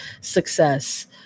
success